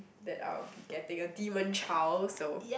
that I will be getting a demon child so